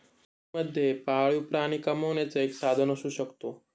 शेती मध्ये पाळीव प्राणी कमावण्याचं एक साधन असू शकतो